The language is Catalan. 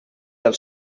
del